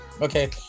Okay